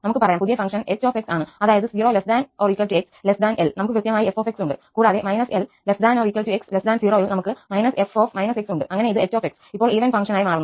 നമുക്ക് പറയാം പുതിയ ഫങ്ക്ഷന് ℎ 𝑥 ആണ് അതായത് 0 ≤ 𝑥 𝐿 നമുക്ക് കൃത്യമായി 𝑓𝑥 ഉണ്ട് കൂടാതെ −𝐿 ≤ 𝑥 0 ൽ നമുക്ക് −𝑓−𝑥 ഉണ്ട് അങ്ങനെ ഇത് ℎ 𝑥 ഇപ്പോൾ ഈവൻ ഫങ്ക്ഷന് മാറുന്നു